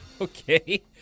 Okay